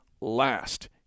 last